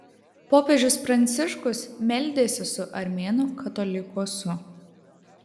popiežius pranciškus meldėsi su armėnų katolikosu